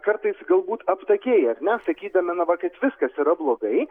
kartais galbūt aptakiai ar ne sakydami na va kaip viskas yra blogai